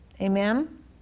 Amen